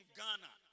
Ghana